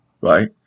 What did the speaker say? right